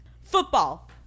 football